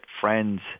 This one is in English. friends